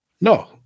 No